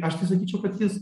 aš tai sakyčiau kad jis